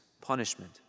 punishment